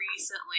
recently